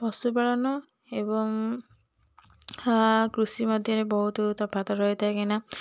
ପଶୁପାଳନ ଏବଂ କୃଷି ମଧ୍ୟରେ ବହୁତ ତଫାତ୍ ରହିଥାଏ କାଇଁନା